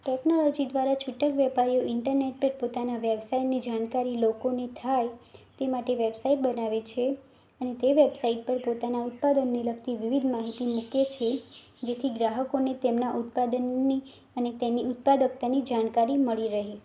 technology દ્વારા છૂટક વેપારીઓ ઈન્ટરનેટ પર પોતાના વ્યવસાયની જાણકારી લોકોને થાય તે માટે વૅબસાઇટ બનાવે છે અને તે વેબસાઇટ પર પોતાનાં ઉત્પાદનને લગતી વિવિધ માહિતી મૂકે છે જેથી ગ્રાહકોને તેમનાં ઉત્પાદનની અને તેની ઉત્પાદકતાની જાણકારી મળી રહેે